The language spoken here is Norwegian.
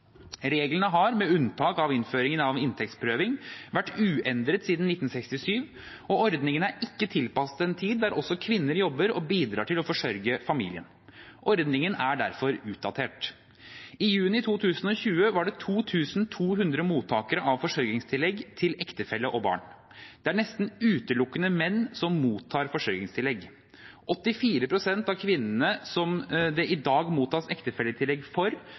Reglene har, med unntak av innføringen av inntektsprøving, vært uendret siden 1967, og ordningen er ikke tilpasset en tid der også kvinner jobber og bidrar til å forsørge familien. Ordningen er derfor utdatert. I juni 2020 var det 2 200 mottakere av forsørgingstillegg til ektefelle og barn. Det er nesten utelukkende menn som mottar forsørgingstillegg. 84 pst. av kvinnene som det i dag mottas ektefelletillegg for,